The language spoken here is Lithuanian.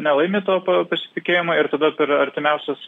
nelaimi to pasitikėjimo ir tada per artimiausias